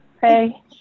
hey